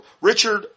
Richard